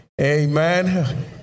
Amen